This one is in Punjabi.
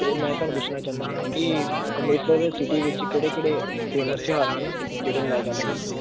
ਅਤੇ ਮੈਂ ਤੁਹਾਨੂੰ ਪੁੱਛਣਾ ਚਾਹੁੰਦਾ ਹਾਂ ਕਿ ਅੰਮ੍ਰਿਤਸਰ ਸਿਟੀ ਵਿੱਚ ਕਿਹੜੇ ਕਿਹੜੇ ਫੇਮਸ ਤਿਉਹਾਰ ਹਨ ਜਿਹੜੇ ਮਨਾਏ ਜਾਂਦੇ ਹਨ